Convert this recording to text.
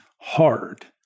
hard